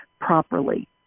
properly